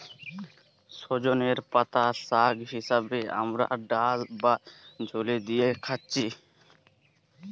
সজনের পাতা শাগ হিসাবে আমরা ডাল বা ঝোলে দিয়ে খাচ্ছি